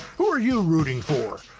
who are you rooting for?